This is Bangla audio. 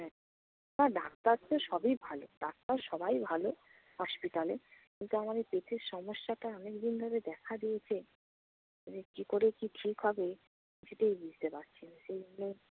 হুম না ডাক্তার তো সবই ভালো ডাক্তার সবাই ভালো হসপিটালে কিন্তু আমার এই পেটের সমস্যাটা অনেকদিন ধরে দেখা দিয়েছে কী করে কী ঠিক হবে সেটাই বুঝতে পারছি না সেই